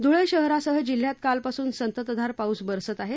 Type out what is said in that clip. धुळे शहरासह जिल्ह्यात कालपासून संततधार पाऊस बरसत आहे